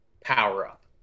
power-up